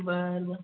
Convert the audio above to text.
बरं बरं